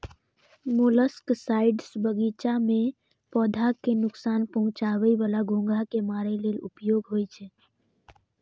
molluscicides बगीचा मे पौधा कें नोकसान पहुंचाबै बला घोंघा कें मारै लेल उपयोग होइ छै